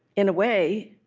in a way,